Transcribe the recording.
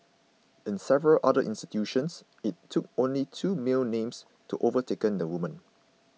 in several other institutions it took only two male names to overtaken the women